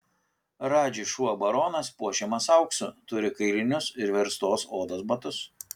radži šuo baronas puošiamas auksu turi kailinius ir verstos odos batus